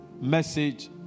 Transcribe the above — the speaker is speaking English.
message